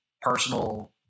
personal